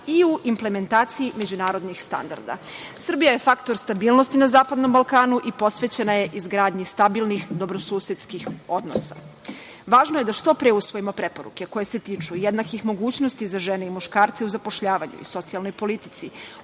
i u implementaciji međunarodnih standarda. Srbija je faktor stabilnosti na Zapadnom Balkanu i posvećena je izgradnji stabilnih dobrosusedskih odnosa. Važno je da što pre usvojimo preporuke koje se tiču jednakih mogućnosti za žene i muškarce u zapošljavanju, socijalnoj politici,